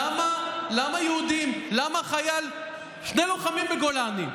למה יהודים, למה חייל, שני לוחמים בגולני,